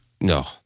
no